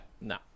No